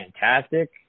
Fantastic